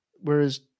Whereas